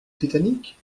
titanic